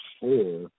four